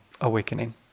awakening